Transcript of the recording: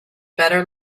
better